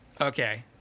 Okay